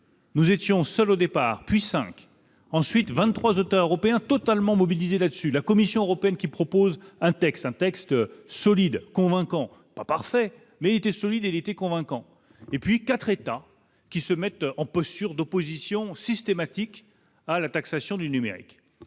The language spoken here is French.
nous étions seuls au départ puis 5 ensuite 23 autres Européens totalement mobilisé là-dessus, la Commission européenne, qui propose un texte, un texte solide convaincant pas parfait, mais il était solide et l'été convaincant et puis 4 états qui se mettent en posture d'opposition systématique à la taxation du numérique,